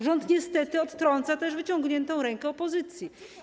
Rząd niestety odtrąca też wyciągniętą rękę opozycji.